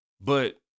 But-